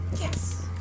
Yes